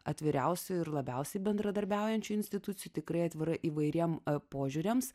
atviriausių ir labiausiai bendradarbiaujančių institucijų tikrai atvira įvairiem požiūriams